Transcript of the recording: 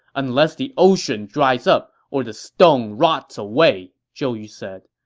unless the ocean dries up or the stone rots away! zhou yu said.